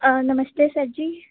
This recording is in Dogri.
नमस्ते सर जी